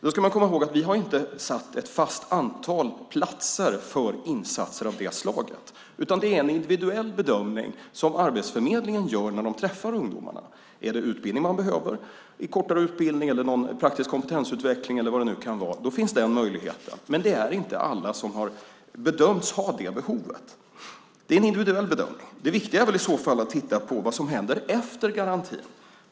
Då ska man komma ihåg att vi inte har avsatt ett fast antal platser för insatser av det slaget, utan det är en individuell bedömning som Arbetsförmedlingen gör när de träffar ungdomarna. Är det en kortare utbildning man behöver eller någon typ av praktisk kompetensutveckling finns den möjligheten, men det är inte alla som har bedömts ha det behovet. Det är som sagt var en individuell bedömning. Det viktiga är väl i så fall att titta på vad som händer efter garantin.